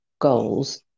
goals